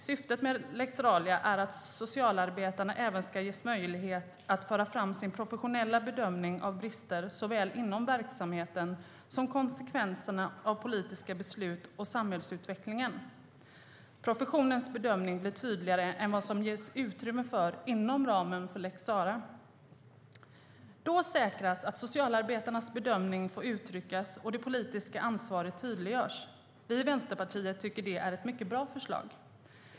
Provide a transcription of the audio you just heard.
Syftet med lex Realia är att socialarbetarna även ska ges möjlighet att föra fram sin professionella bedömning av såväl brister inom verksamheten som konsekvenserna av politiska beslut och samhällsutvecklingen. Professionens bedömning blir tydligare än vad det ges utrymme för inom ramen för lex Sarah. Då säkras att socialarbetarnas bedömning får uttryckas och det politiska ansvaret tydliggörs. Vi i Vänsterpartiet tycker att det är ett mycket bra förslag.